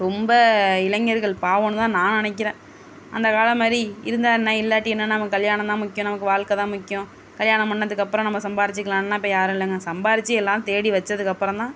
ரொம்ப இளைஞர்கள் பாவம்ன்னு தான் நான் நினக்கிறன் அந்த காலம் மாதிரி இருந்தால் என்ன இல்லாட்டி என்ன நமக்கு கல்யாணம் தான் முக்கியம் நமக்கு வாழ்க்கை தான் முக்கியம் கல்யாணம் பண்ணிணதுக்கு அப்புறம் நம்ம சம்பாரிச்சிக்கிலாம்லா இப்ப யாரும் இல்லைங்க சம்பாரித்து எல்லாம் தேடி வைச்சதுக்கு அப்புறம் தான்